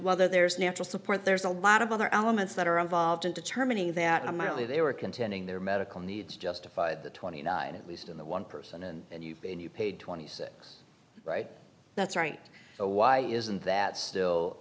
whether there is natural support there's a lot of other elements that are involved in determining that i'm only they were contending their medical needs justified the twenty nine at least in the one person and you've been you paid twenty six right that's right so why isn't that still